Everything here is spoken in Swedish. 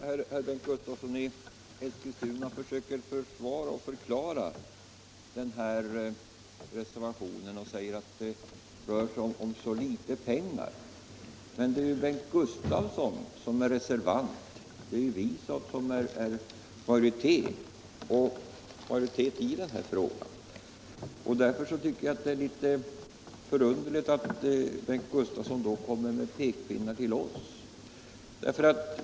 Herr talman! Bengt Gustavsson i Eskilstuna försöker försvara och förklara reservationen med att det rör sig om så litet pengar. Men det är ju Bengt Gustavsson som är reservant medan vi står för majoritetsskrivningen. I det läget tycker jag att det är litet underligt att Bengt Gustavsson kommer med pekpinnar till oss.